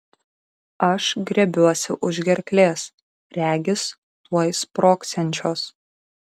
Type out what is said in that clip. aš griebiuosi už gerklės regis tuoj sprogsiančios